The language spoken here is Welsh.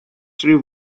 rhyw